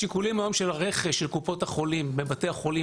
השיקולים היום של הרכש של קופות החולים בבתי החולים,